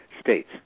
states